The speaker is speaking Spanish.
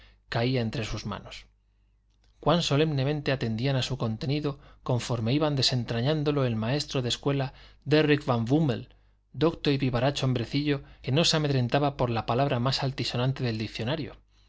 caía entre sus manos cuán solemnemente atendían a su contenido conforme iba desentrañándolo el maestro de escuela dérrick van búmmel docto y vivaracho hombrecillo que no se amedrentaba por la palabra más altisonante del diccionario